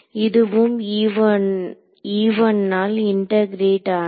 இதுவும் all integrate ஆனது